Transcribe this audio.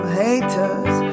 haters